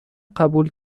قبول